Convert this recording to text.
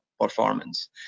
Performance